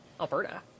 Alberta